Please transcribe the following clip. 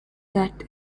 that